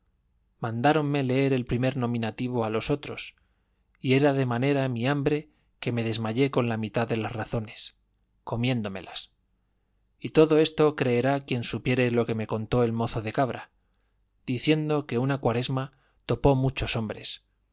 mandáronme leer el primer nominativo a los otros y era de manera mi hambre que me desayuné con la mitad de las razones comiéndomelas y todo esto creerá quien supiere lo que me contó el mozo de cabra diciendo que una cuaresma topó muchos hombres